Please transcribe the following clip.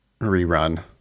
rerun